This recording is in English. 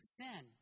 sin